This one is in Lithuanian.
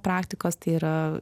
praktikos tai yra